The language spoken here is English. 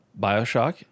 Bioshock